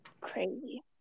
Crazy